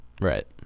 right